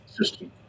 system